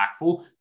impactful